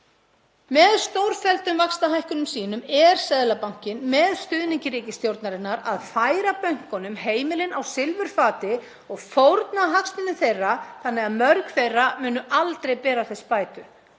Með stórfelldum vaxtahækkunum sínum er Seðlabankinn, með stuðningi ríkisstjórnarinnar, að færa bönkunum heimilin á silfurfati og fórna hagsmunum þeirra þannig að mörg þeirra munu aldrei bíða þess bætur.